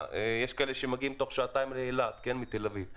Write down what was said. יש גם כאלה שמגיעים תוך שעתיים מתל אביב לאילת.